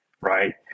right